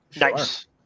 Nice